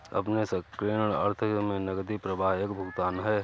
अपने संकीर्ण अर्थ में नकदी प्रवाह एक भुगतान है